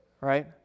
right